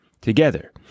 together